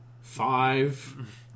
Five